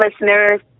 listeners